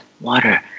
water